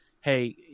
hey